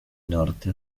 norte